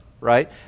right